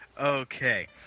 Okay